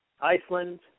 Iceland